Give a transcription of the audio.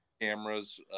cameras